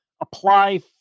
apply